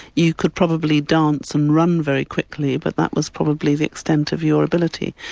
you could probably dance, and run very quickly, but that was probably the extent of your ability.